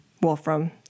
Wolfram